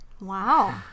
Wow